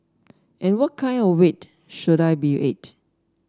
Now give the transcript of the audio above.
and what kind of weight should I be at